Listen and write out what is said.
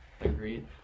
Agreed